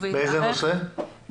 מבחני התמיכה הם רק שלב ראשון בדרך הזאת,